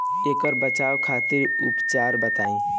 ऐकर बचाव खातिर उपचार बताई?